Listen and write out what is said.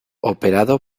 operado